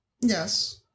Yes